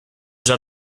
già